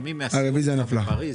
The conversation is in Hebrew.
הצבעה הרוויזיה נדחתה הרוויזיה נפלה.